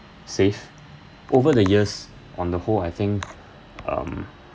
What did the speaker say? save over the years on the whole I think um